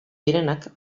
direnak